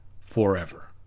forever